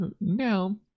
now